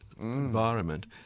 environment